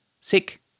sick